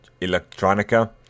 Electronica